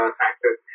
factors